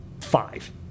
five